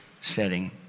setting